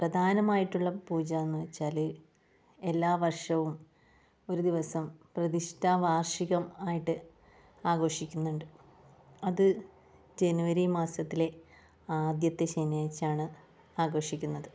പ്രധാനമായിട്ടുള്ള പൂജ എന്ന് വെച്ചാൽ എല്ലാ വർഷവും ഒരു ദിവസം പ്രതിഷ്ഠാ വാർഷികം ആയിട്ട് ആഘോഷിക്കുന്നുണ്ട് അത് ജനുവരി മാസത്തിലെ ആദ്യത്തെ ശനിയാഴ്ചയാണ് ആഘോഷിക്കുന്നത്